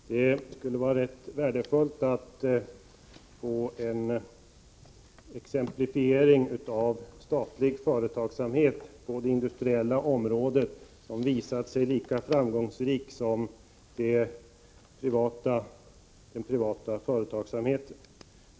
Herr talman! Det skulle vara rätt värdefullt att få en exemplifiering på statlig företagsamhet på det industriella området som visat sig lika fram gångsrik som privat företagsamhet.